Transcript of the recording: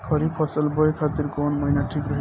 खरिफ फसल बोए खातिर कवन महीना ठीक रही?